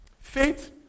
Faith